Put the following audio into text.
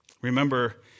Remember